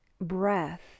breath